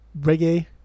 reggae